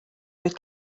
oedd